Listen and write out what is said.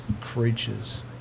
creatures